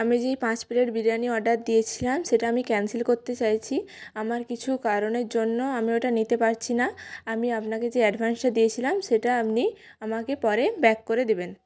আমি যেই পাঁচ প্লেট বিরিয়ানি অর্ডার দিয়েছিলাম সেটা আমি ক্যানসেল করতে চাইছি আমার কিছু কারণের জন্য আমি ওটা নিতে পারছি না আমি আপনাকে যে অ্যাডভান্সটা দিয়েছিলাম সেটা আপনি আমাকে পরে ব্যাক করে দেবেন